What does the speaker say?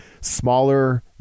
smaller